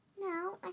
No